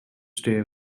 stay